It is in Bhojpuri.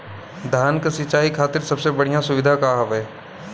धान क सिंचाई खातिर सबसे बढ़ियां सुविधा का हवे?